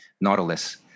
Nautilus